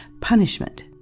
punishment